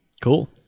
Cool